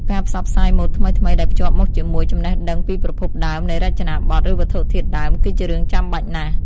ការផ្សព្វផ្សាយម៉ូដថ្មីៗដែលភ្ជាប់មកជាមួយចំណេះដឹងពីប្រភពដើម នៃរចនាបទ ឬវត្ថុធាតុដើម គឺជារឿងចាំបាច់ណាស់។